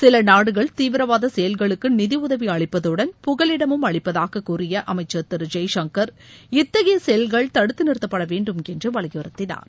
சில நாடுகள் தீவிரவாத செயல்களுக்கு நிதியுதவி அளிப்பதுடன் புகலிடமும் அளிப்பதாக கூறிய அமைச்சர் திரு ஜெய்சங்கர் இத்தகைய செயல்கள் தடுத்து நிறுத்தப்பட வேண்டும் என்று வலியுறுத்தினார்